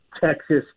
Texas